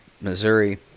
missouri